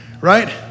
Right